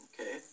Okay